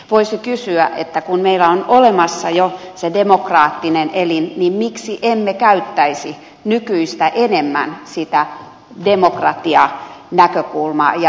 voisi kysyä että kun meillä on olemassa jo se demokraattinen elin niin miksi emme käyttäisi nykyistä enemmän sitä demokratianäkökulmaa ja valtuuston valtaa